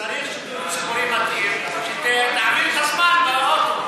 צריך שידור ציבורי מתאים שתעביר את הזמן באוטו.